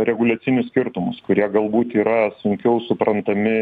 reguliacinius skirtumus kurie galbūt yra sunkiau suprantami